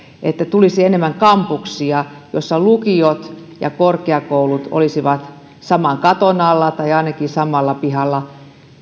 että tulisi enemmän kampuksia joissa lukiot ja korkeakoulut olisivat saman katon alla tai ainakin samalla pihalla